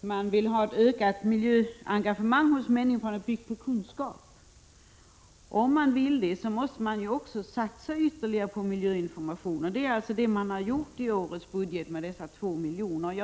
man vill ha ett ökat miljöengagemang hos människorna baserat på kunskap. Om man vill det, måste man också satsa ytterligare på miljöinformation. Det har man alltså gjort i årets budget genom dessa 2 miljoner.